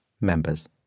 members